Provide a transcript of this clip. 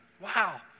wow